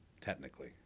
Technically